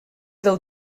del